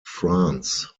france